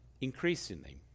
increasingly